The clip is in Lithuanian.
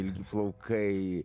ilgi plaukai